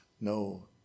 no